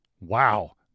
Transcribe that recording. wow